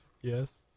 Yes